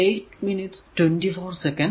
ഉണ്ട്